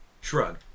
Shrug